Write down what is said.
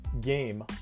game